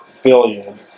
billion